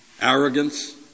arrogance